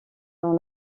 dans